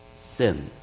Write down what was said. sin